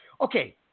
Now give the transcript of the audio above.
Okay